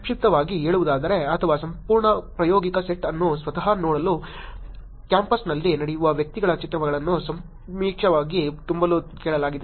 ಸಂಕ್ಷಿಪ್ತವಾಗಿ ಹೇಳುವುದಾದರೆ ಅಥವಾ ಸಂಪೂರ್ಣ ಪ್ರಾಯೋಗಿಕ ಸೆಟ್ ಅನ್ನು ಸ್ವತಃ ನೋಡಲು ಕ್ಯಾಂಪಸ್ನಲ್ಲಿ ನಡೆಯುವ ವ್ಯಕ್ತಿಗಳ ಚಿತ್ರಗಳನ್ನು ಸಮೀಕ್ಷೆಯನ್ನು ತುಂಬಲು ಕೇಳಲಾಗಿದೆ